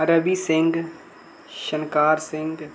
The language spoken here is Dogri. रवि सिंह छनकार सिंह